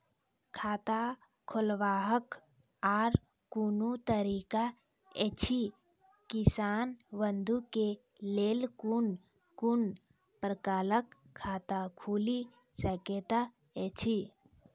खाता खोलवाक आर कूनू तरीका ऐछि, किसान बंधु के लेल कून कून प्रकारक खाता खूलि सकैत ऐछि?